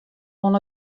oan